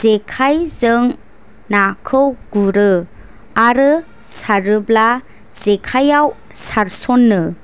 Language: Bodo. जेखायजों नाखौ गुरो आरो सारोब्ला जेखायाव सारस'नो